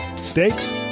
Steaks